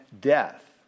death